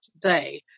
today